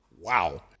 wow